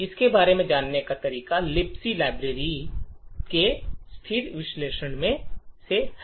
इसके बारे में जाने का तरीका लिब्स लाइब्रेरी के स्थिर विश्लेषण से है